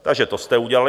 Takže to jste udělali.